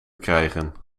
krijgen